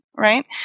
Right